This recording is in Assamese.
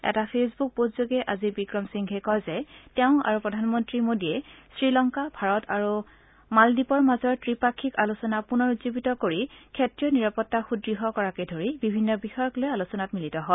এটা ফেচবুক পোষ্টযোগে আজি বিক্ৰমসিংঘে কয় যে তেওঁ আৰু প্ৰধানন্তীৰ মোদীয়ে শ্ৰীলংকা ভাৰত আৰু মানদ্বীপৰ মাজৰ ত্ৰিপাক্ষিক আলোচনা পুনৰ উজ্জিৱিত কৰি ক্ষেত্ৰীয় নিৰাপত্তা সুদুঢ় কৰাকে ধৰি বিভিন্ন বিষয়ক লৈ আলোচনাত মিলিত হয়